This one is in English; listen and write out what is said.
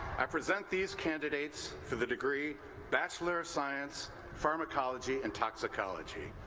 i present these candidates for the degrees bachelor of science pharmacology and toxicology.